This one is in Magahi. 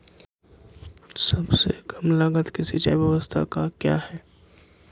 सबसे कम लगत की सिंचाई ब्यास्ता क्या है?